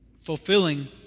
fulfilling